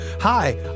Hi